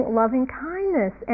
loving-kindness